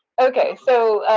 okay, so,